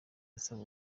asaba